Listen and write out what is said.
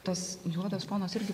tas juodas fonas irgi